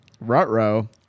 Rut-row